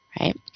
Right